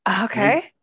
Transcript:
Okay